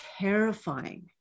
terrifying